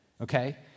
okay